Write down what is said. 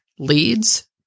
leads